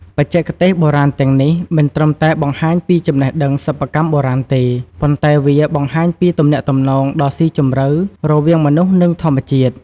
បច្ចេកទេសបុរាណទាំងនេះ មិនត្រឹមតែបង្ហាញពីចំណេះដឹងសិប្បកម្មបុរាណទេ ប៉ុន្តែវាបង្ហាញពីទំនាក់ទំនងដ៏ស៊ីជម្រៅរវាងមនុស្ស និងធម្មជាតិ។